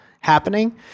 Happening